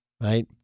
right